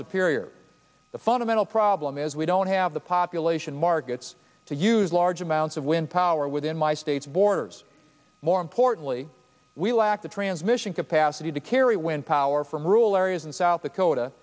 superior the fundamental problem is we don't have the population markets to use large amounts of wind power within my state's borders more importantly we lack the transmission capacity to carry wind power from rural areas in south dakota